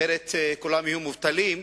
אחרת כולם יהיו מובטלים,